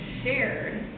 shared